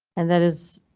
and that is.